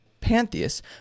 pantheists